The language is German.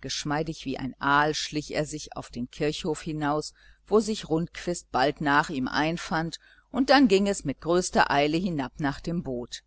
geschmeidig wie ein aal schlich er sich auf den kirchhof hinaus wo sich rundquist bald nach ihm einfand und dann ging es in größter eile hinab nach dem boot